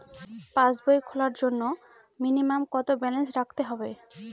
পাসবই খোলার জন্য মিনিমাম কত ব্যালেন্স রাখতে হবে?